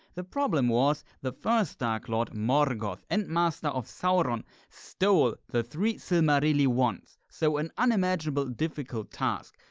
the problem was the first dark lord morgoth and master of sauron stolen the three silmarilli once. so an unimaginable difficult task.